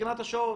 מבחינת השעות.